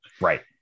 right